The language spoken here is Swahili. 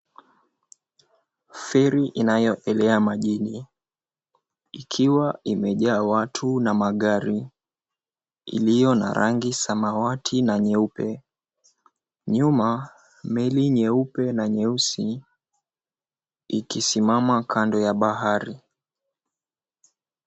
Feri inayoelea majini, ikiwa imejaa watu na magari, iliyo na rangi samawati na nyeupe, nyuma meli nyeupe na nyeusi ikisimama kando ya bahari.